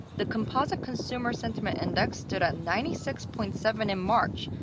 the composite consumer sentiment index stood at ninety six point seven in march,